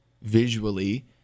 visually